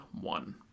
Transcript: one